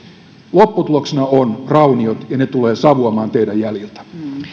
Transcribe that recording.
lopputuloksena ovat rauniot ja ne tulevat savuamaan teidän jäljiltänne